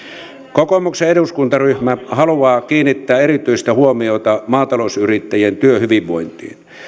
kokoomuksen eduskuntaryhmä haluaa kiinnittää erityistä huomiota maatalousyrittäjien työhyvinvointiin